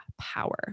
Power